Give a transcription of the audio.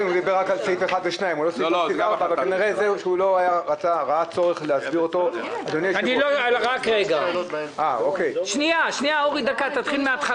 אז אני רוצה את זה רק על החלק הזה שזה רק על